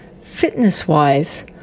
fitness-wise